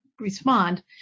respond